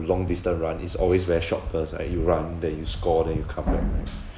long distance run is always where short bursts right you run then you score then you come back right